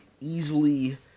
easily